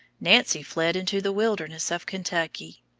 nancy fled into the wildernesses of kentucky.